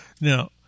Now